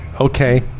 okay